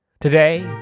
Today